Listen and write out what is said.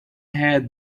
had